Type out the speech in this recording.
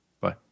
Bye